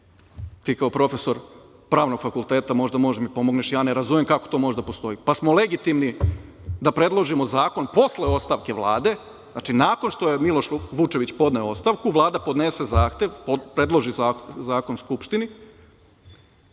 ti kao profesor pravnog fakulteta možda možeš da mi pomogneš, ja ne razumem kako to može da postoji, pa smo legitimni da predložimo zakon posle ostavke Vlade. Znači, nakon što je Miloš Vučević podneo ostavku, Vlada podnese zahtev, predloži zakon Skupštini,